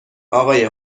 اقای